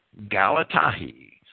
Galatahi